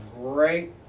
great